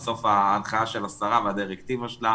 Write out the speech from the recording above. בסוף ההנחיה של השרה והדירקטיבה שלה